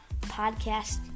podcast